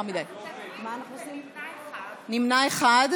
נמנע אחד.